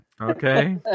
Okay